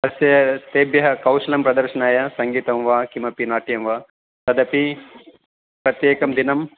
तस्य तेभ्यः कौशलं प्रदर्शनाय सङ्गीतं वा किमपि नाट्यं वा तदपि प्रत्येकं दिनम्